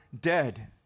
dead